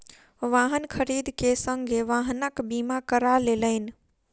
वाहन खरीद के संगे वाहनक बीमा करा लेलैन